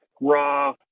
raw